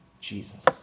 Jesus